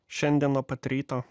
šiandien nuo pat ryto